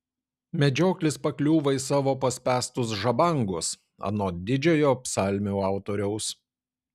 medžioklis pakliūva į savo paspęstus žabangus anot didžiojo psalmių autoriaus